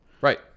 right